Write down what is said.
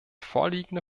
vorliegende